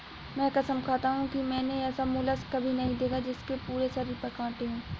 मैं कसम खाता हूँ कि मैंने ऐसा मोलस्क कभी नहीं देखा जिसके पूरे शरीर पर काँटे हों